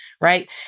right